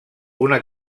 una